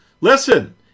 Listen